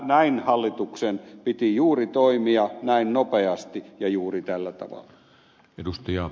näin hallituksen piti juuri toimia näin nopeasti ja juuri tällä tavalla